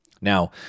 Now